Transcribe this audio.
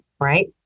right